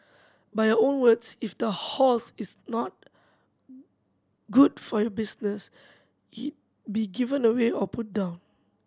by your own words if the horse is not good for your business it be given away or put down